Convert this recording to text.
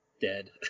dead